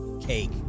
Cake